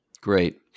Great